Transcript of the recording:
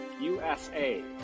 usa